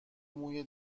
موی